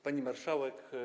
Pani Marszałek!